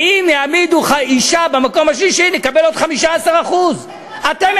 ואם יעמידו אישה במקום השלישי נקבל עוד 15%. זה כבר זלזול.